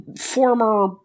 former